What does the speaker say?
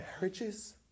marriages